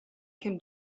can